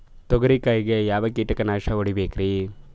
ತೊಗರಿ ಕಾಯಿಗೆ ಯಾವ ಕೀಟನಾಶಕ ಹೊಡಿಬೇಕರಿ?